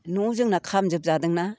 न'आव जोंना खामजोबजादोंना